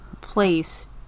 place